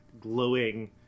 glowing